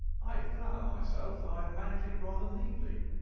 i flatter myself that i have managed rather neatly,